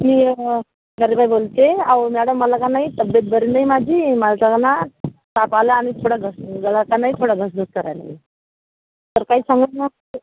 me by बोलते अहो madam मला का नाही तब्येत बरी नाही माझी मला थोडा ना ताप आला आणि थोडं घसा गळा का नाही थोडा घसघस करायला लागला आहे तर काही सांगू